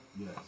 Yes